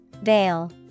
Veil